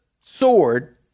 sword